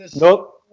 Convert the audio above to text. Nope